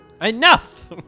Enough